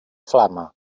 flama